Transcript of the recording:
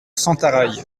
sentaraille